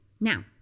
now